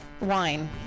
wine